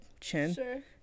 chin